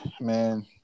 man